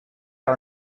are